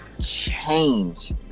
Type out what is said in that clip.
Change